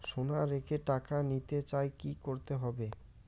সোনা রেখে টাকা নিতে চাই কি করতে হবে?